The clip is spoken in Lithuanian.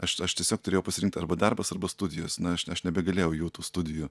aš aš tiesiog turėjau pasirinkt arba darbas arba studijos na aš aš nebegalėjau jau tų studijų